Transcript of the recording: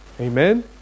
Amen